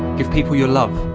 give people your love,